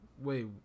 Wait